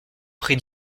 prie